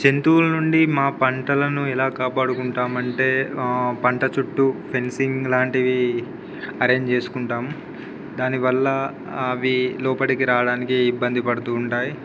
జంతువుల నుండి మా పంటలను ఎలా కాపాడుకుంటాము అంటే పంట చుట్టూ ఫెన్సింగ్ లాంటివి అరెంజ్ చేసుకుంటాము దానివల్ల అవి లోపటికి రావడానికి ఇబ్బంది పడుతూ ఉంటాయి